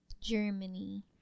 Germany